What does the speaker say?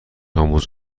آموز